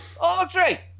Audrey